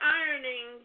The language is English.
ironing